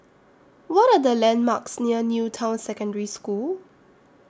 What Are The landmarks near New Town Secondary School